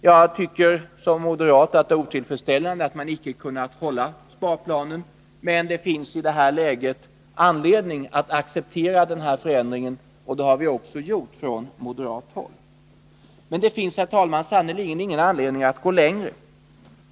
Jag tycker som moderat att det är otillfredsställande att man icke kunnat hålla sparplanen, men det finns i det här läget anledning att acceptera förändringen, och det har vi också gjort på moderat håll. Men det finns, herr talman, sannerligen ingen anledning att gå längre.